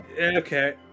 okay